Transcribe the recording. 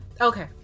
Okay